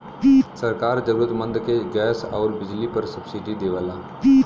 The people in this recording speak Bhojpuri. सरकार जरुरतमंद के गैस आउर बिजली पर सब्सिडी देवला